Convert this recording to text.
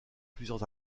plusieurs